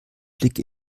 blick